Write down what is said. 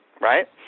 right